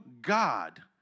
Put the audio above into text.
God